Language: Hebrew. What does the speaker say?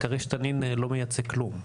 כריש-תנין לא מייצג כלום.